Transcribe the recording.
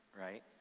right